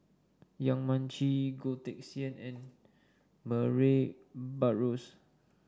Yong Mun Chee Goh Teck Sian and Murray Buttrose